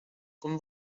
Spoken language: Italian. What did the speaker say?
con